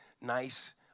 nice